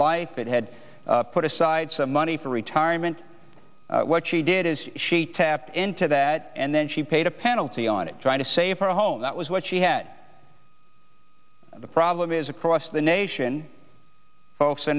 life it had put aside some money for retirement what she did is she tapped into that and then she paid a penalty on it trying to save for a home that was what she had the problem is across the nation